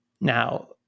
Now